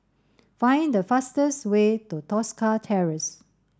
find the fastest way to Tosca Terrace